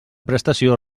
prestació